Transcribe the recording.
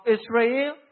Israel